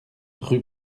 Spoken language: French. rue